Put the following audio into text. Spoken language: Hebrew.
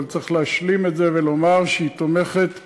אבל צריך להשלים את זה ולומר שהיא תומכת פחות,